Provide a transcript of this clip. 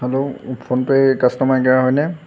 hello ফোনপে'ৰ customer care হয়নে